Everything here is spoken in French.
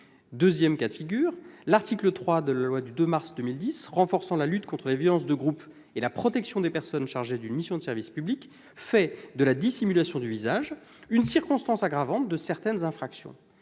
légitime. D'autre part, l'article 3 de la loi du 2 mars 2010 renforçant la lutte contre les violences de groupes et la protection des personnes chargées d'une mission de service public fait de la dissimulation du visage une circonstance aggravante de certaines infractions.